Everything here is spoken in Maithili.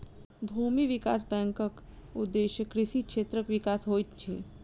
भूमि विकास बैंकक उदेश्य कृषि क्षेत्रक विकास होइत अछि